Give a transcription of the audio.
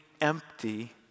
empty